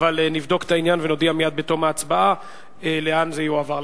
אבל נבדוק את העניין ונודיע מייד בתום ההצבעה לאן זה יועבר,